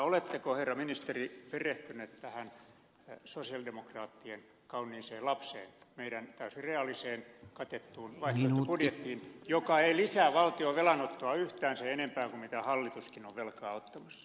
oletteko herra ministeri perehtynyt tähän sosialidemokraattien kauniiseen lapseen meidän täysin reaaliseen katettuun vaihtoehtobudjettiimme joka ei lisää valtion velanottoa yhtään sen enempää kuin mitä hallituskin on velkaa ottamassa